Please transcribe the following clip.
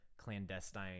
clandestine